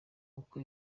uko